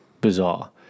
bizarre